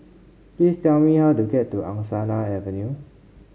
please tell me how to get to Angsana Avenue